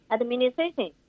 administration